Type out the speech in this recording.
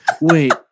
Wait